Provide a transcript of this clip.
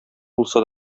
булса